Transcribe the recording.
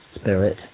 spirit